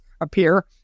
appear